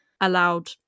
allowed